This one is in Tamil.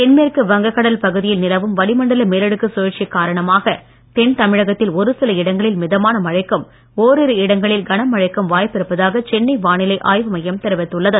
தென்மேற்கு வங்க கடல் பகுதியில் நிலவும் வளிமண்டல மேலடுக்கு சுழற்சி காரணமாக தென் தமிழகத்தில் ஒரு சில இடங்களில் மிதமான மழைக்கும் ஓரிரு இடங்களில் கனமழைக்கும் வாய்ப்பு இருப்பதாக சென்னை வானிலை ஆய்வு மையம் தெரிவித்துள்ளது